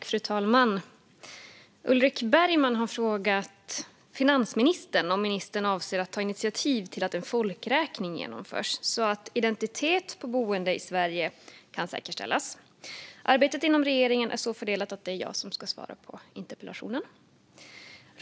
Fru talman! Ulrik Bergman har frågat finansministern om ministern avser att ta initiativ till att en folkräkning genomförs, så att identiteten på boende i Sverige kan säkerställas. Arbetet inom regeringen är så fördelat att det är jag som ska svara på interpellationen.